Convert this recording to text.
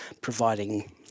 providing